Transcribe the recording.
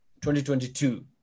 2022